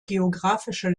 geografische